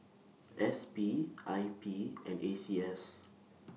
S P I P and A C S